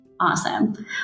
Awesome